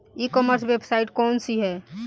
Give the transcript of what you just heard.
ई commerce website कौन सी है?